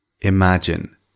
Imagine